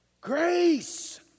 Grace